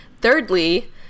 thirdly